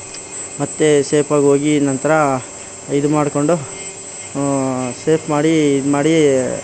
ಮತ್ತು ಸೇಫಾಗಿ ಹೋಗಿ ನಂತರ ಇದು ಮಾಡಿಕೊಂಡು ಸೇಫ್ ಮಾಡಿ ಇದು ಮಾಡಿ